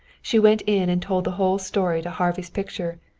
she went in and told the whole story to harvey's picture,